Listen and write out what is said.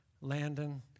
Landon